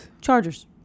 Chargers